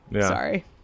Sorry